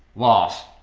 loss.